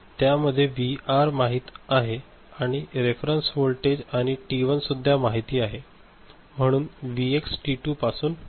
त्या मध्ये व्हीआर माहिती आहे आणि रेफरंस वोल्टेज आणि टी 1 सुद्धा माहित आहे म्हणजे व्हीएक्स टी 2 पासून मिळू शकतो